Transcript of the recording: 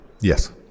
Yes